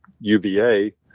UVA